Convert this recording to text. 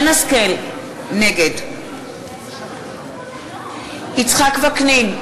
נגד יצחק וקנין,